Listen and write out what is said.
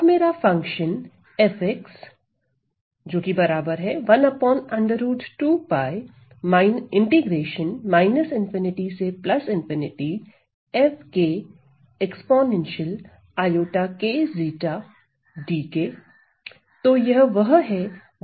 अब मेरा फंक्शन तो यह वह है जो हमने यहां देखा